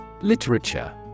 Literature